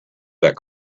that